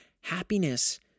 Happiness